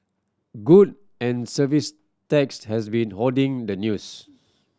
Good and Service Tax has been hoarding the news